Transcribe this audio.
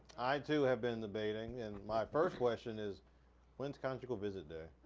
i, too, have been debating and my first question is when's conjugal visit day?